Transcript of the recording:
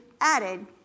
added